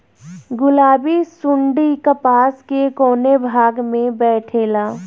गुलाबी सुंडी कपास के कौने भाग में बैठे ला?